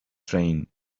train